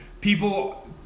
people